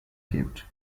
kept